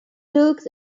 looks